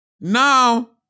Now